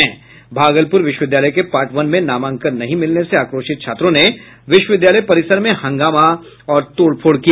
भागलपुर विश्वविद्यालय के part one में नामांकन नहीं मिलने से आक्रोशित छात्रों ने विश्वविद्यालय परिसर में हंगामा और तोड़फोड़ किया